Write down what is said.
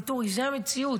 ואטורי, זאת המציאות.